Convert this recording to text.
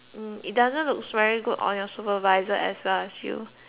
it doesn't look very good on your supervisor as well as you